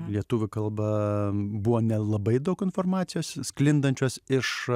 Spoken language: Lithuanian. lietuvių kalba buvo nelabai daug informacijos sklindančios iš